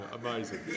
amazing